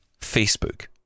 Facebook